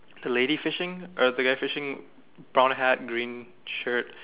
the lady fishing or the guy fishing brown hat green shirt